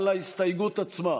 חשדות, ועוד בתחילת חקירה,